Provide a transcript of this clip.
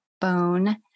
bone